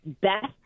best